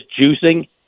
juicing